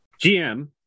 gm